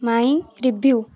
my review